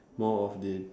more of the